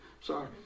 Sorry